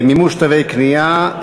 מימוש תווי קנייה),